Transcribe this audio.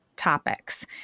topics